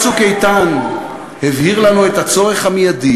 מבצע "צוק איתן" הבהיר לנו את הצורך המיידי